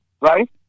right